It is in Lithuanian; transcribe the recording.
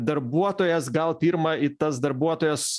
darbuotojas gal pirma į tas darbuotojas